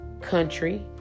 country